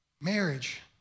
Marriage